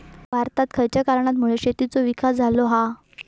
भारतात खयच्या कारणांमुळे शेतीचो विकास झालो हा?